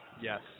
yes